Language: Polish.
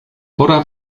pora